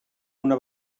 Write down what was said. una